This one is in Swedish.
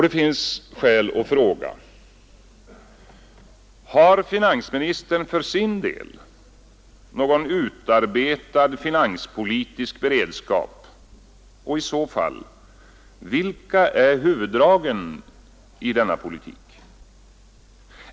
Det finns ett skäl att fråga: Har finansministern för sin del någon utarbetad finanspolitisk beredskap och, i så fall, vilka är huvuddragen i denna politik?